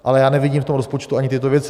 Ale já nevidím v tom rozpočtu ani tyto věci.